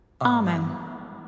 Amen